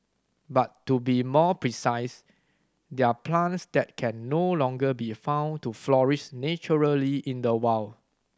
but to be more precise they're plants that can no longer be found to flourish naturally in the wild